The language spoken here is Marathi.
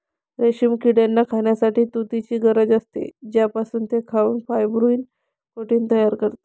रेशीम किड्यांना खाण्यासाठी तुतीची गरज असते, ज्यापासून ते खाऊन फायब्रोइन प्रोटीन तयार करतात